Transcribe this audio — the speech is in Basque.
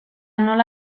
nola